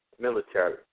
military